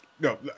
No